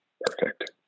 perfect